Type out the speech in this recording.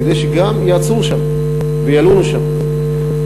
כדי שגם יעצרו שם וילונו שם.